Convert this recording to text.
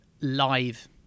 live